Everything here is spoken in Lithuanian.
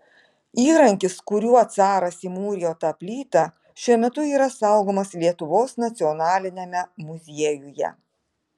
įrankis kuriuo caras įmūrijo tą plytą šiuo metu yra saugomas lietuvos nacionaliniame muziejuje